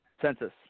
census